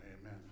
amen